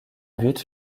but